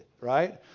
right